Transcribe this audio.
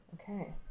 Okay